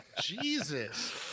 Jesus